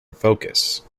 focus